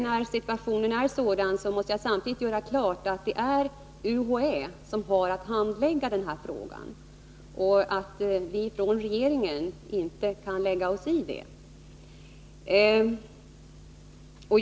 När situationen nu är sådan, måste jag samtidigt göra klart att det är UHÄ som har att handlägga denna fråga och att vi från regeringen inte kan lägga oss i det.